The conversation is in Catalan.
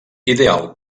ideal